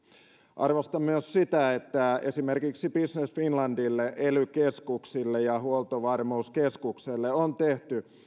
arvostan myös sitä että esimerkiksi business finlandille ely keskuksille ja huoltovarmuuskeskukselle on tehty